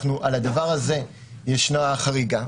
על הדבר הזה יש חריגה,